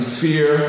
fear